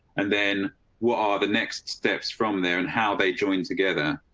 and then what are the next steps from there and how they joined together,